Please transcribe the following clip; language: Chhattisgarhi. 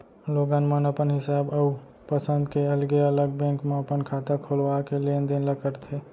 लोगन मन अपन हिसाब अउ पंसद के अलगे अलग बेंक म अपन खाता खोलवा के लेन देन ल करथे